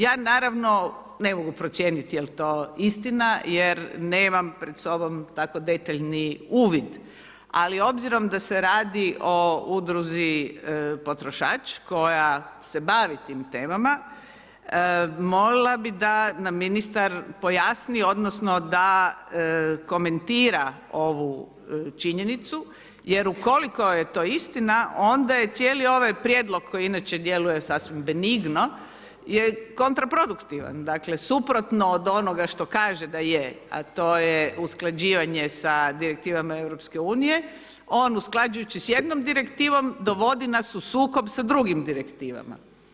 Ja naravno ne mogu procijenit jer to istina jer nemam pred sobom tako detaljni uvid, ali obzirom da se radi o Udruzi potrošač koja se bavi tim temama molila bih da nam ministar pojasni, odnosno da komentira ovu činjenicu jer ukoliko je to istina onda je cijeli ovaj prijedlog koji inače djeluje sasvim benigno je kontraproduktivan, dakle suprotno od onoga što kaže da je, a to je usklađivanje sa direktivama EU, on usklađujući s jednom direktivom dovodi nas u sukob s drugim direktivama.